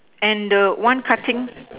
and the one cutting